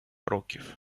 років